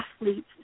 athletes